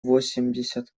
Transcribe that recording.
восемьдесят